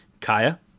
Kaya